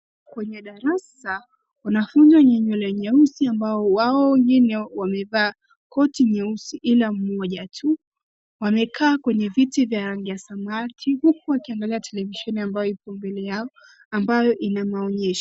Kwenye darasa, wanafunzi wenye nywele nyeusi ambao wao wengine wamevaa koti nyeusi ila moja tu, wamekaa kwenye viti vya rangi ya samawati huku wakiangalia televisheni ambayo ipo mbele yao, ambayo inamaonyesho.